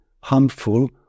harmful